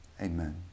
Amen